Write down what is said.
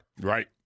Right